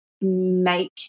make